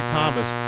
Thomas